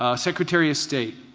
ah secretary of state.